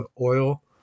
oil